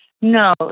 No